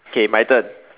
okay my turn